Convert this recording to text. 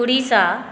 Orissa